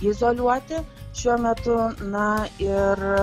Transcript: izoliuoti šiuo metu na ir